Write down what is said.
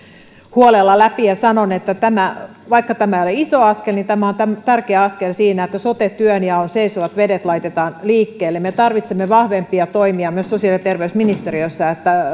huolella läpi ja ja sanon että vaikka tämä ei ole iso askel niin tämä on tärkeä askel siinä että sote työnjaon seisovat vedet laitetaan liikkeelle me tarvitsemme vahvempia toimia myös sosiaali ja terveysministeriössä että